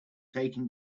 taking